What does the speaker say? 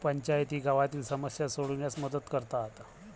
पंचायती गावातील समस्या सोडविण्यास मदत करतात